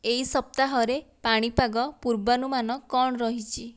ଏହି ସପ୍ତାହର ପାଣିପାଗ ପୂର୍ବାନୁମାନ କ'ଣ ରହିଛି